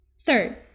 Third